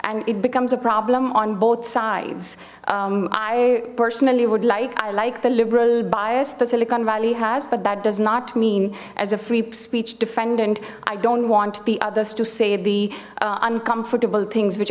and it becomes a problem on both sides i personally would like i like the liberal bias the silicon valley has but that does not mean as a free speech defendant i don't want the others to say the uncomfortable things which